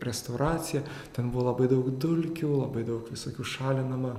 restauracija ten buvo labai daug dulkių labai daug visokių šalinama